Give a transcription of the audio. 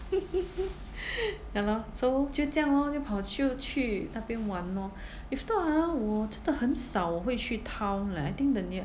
ya lor so 就这样 lor 就跑去去那边玩 lor if not ah 我真的很少我会去 town leh I think the near